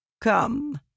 Come